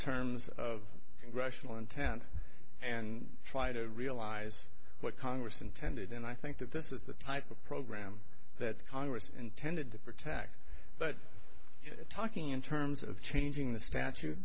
terms of congressional intent and try to realize what congress intended and i think that this was the type of program that congress intended to protect but talking in terms of changing the statu